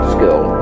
Skill